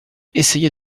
essayé